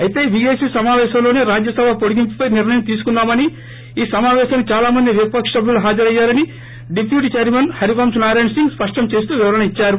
అయితే బీఏసీ సమావేశంలోసే రాజ్యసభ వొడిగింపుపై నిర్ణయం తీసుకున్నామని ఈ సమావేశానికి దాలా మంది విపక్ష సభ్యులు హాజరయ్యారని డిప్యూటీ చైర్మన్ హరివంక్ నారాయణ్ సింగ్ స్పష్టం చేస్తూ వివరణ ఇద్చారు